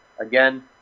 Again